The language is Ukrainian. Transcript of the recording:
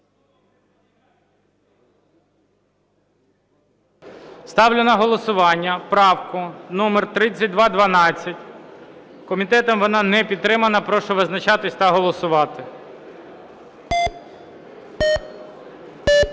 Ставлю на голосування правку номер 3212. Комітетом вона не підтримана. Прошу визначатися та голосувати. 13:00:44